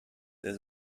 there